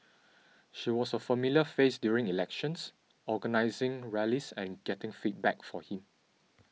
she was a familiar face during elections organising rallies and getting feedback for him